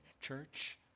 church